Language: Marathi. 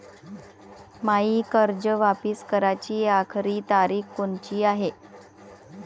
मायी कर्ज वापिस कराची आखरी तारीख कोनची हाय?